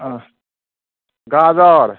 गाजर